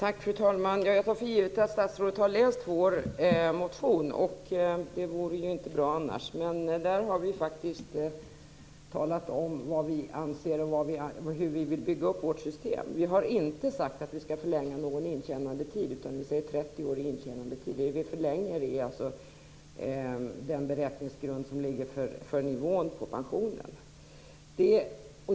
Fru talman! Jag tar för givet att statsrådet har läst vår motion. Det vore ju inte bra annars. Där har vi faktiskt talat om vad vi anser och hur vi vill bygga upp vårt system. Vi har inte sagt att vi skall förlänga någon intjänandetid, utan vi säger 30 år i intjänandetid. Det vi förlänger är den beräkningsgrund som ligger för nivån på pensionen.